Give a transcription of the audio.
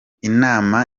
inama